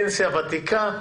פנסיה ותיקה,